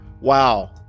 Wow